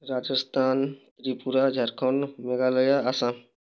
Rajasthan Tripura Jharkhand Meghalaya Assam